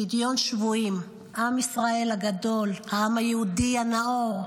פדיון שבויים, עם ישראל הגדול, העם היהודי הנאור,